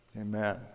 Amen